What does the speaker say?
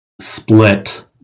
split